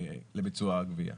ביצוע הגבייה.